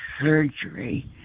surgery